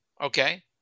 Okay